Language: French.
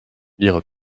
lire